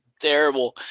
terrible